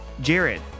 Jared